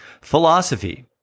Philosophy